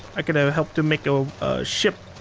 i could have helped him make a, ah ship.